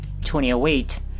2008